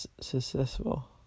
successful